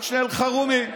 רק שנייה, אלחרומי.